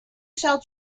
shall